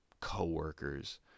co-workers